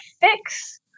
fix